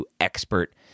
expert